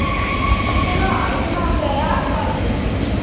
इचना इचना छै आठ सए रुपे किलो